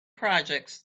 projects